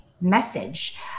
message